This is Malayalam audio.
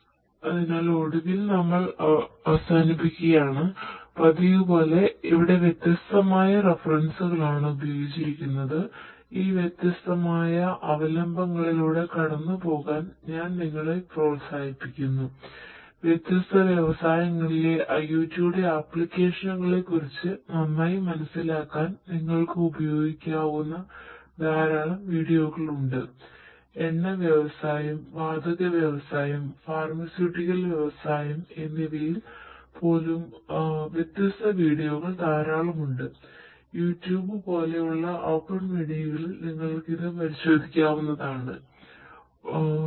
അതിനാൽ ഒടുവിൽ നമ്മൾ അവസാനിപ്പിക്കുന്നു പതിവുപോലെ ഇവിടെ വ്യത്യസ്തമായ റഫറൻസുകളാണ് പോലെയുള്ള ഓപ്പൺ മീഡിയകളിൽ നിങ്ങൾക്ക് ഇത് പരിശോധിക്കാവുന്നതാണ് ഒടുവിൽ നമ്മൾ അവസാനിപ്പിക്കുന്നു